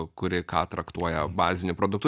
kuri ką traktuoja bazinių produktu